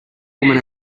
women